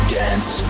dance